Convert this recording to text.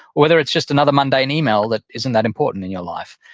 whether it's just another monday and email that isn't that important in your life.